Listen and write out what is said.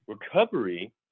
Recovery